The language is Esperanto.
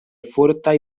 fortaj